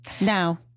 Now